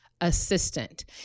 assistant